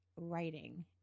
writing